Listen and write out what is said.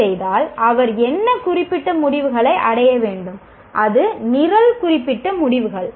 A செய்தால் அவர் என்ன குறிப்பிட்ட முடிவுகளை அடைய வேண்டும் அது நிரல் குறிப்பிட்ட முடிவுகள்